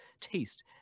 Taste